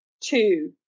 two